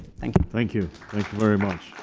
thank you, thank you like very much.